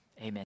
Amen